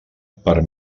per